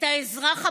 את האזרח הפשוט,